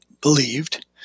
believed